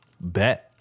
Bet